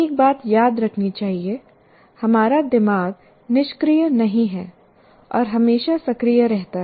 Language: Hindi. एक बात याद रखनी चाहिए हमारा दिमाग निष्क्रिय नहीं है और हमेशा सक्रिय रहता है